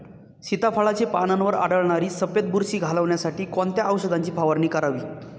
सीताफळाचे पानांवर आढळणारी सफेद बुरशी घालवण्यासाठी कोणत्या औषधांची फवारणी करावी?